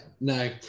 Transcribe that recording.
No